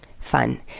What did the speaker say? fun